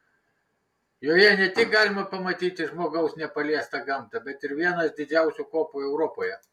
joje ne tik galima pamatyti žmogaus nepaliestą gamtą bet ir vienas didžiausių kopų europoje